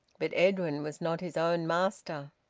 but edwin was not his own master.